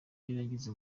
yaragize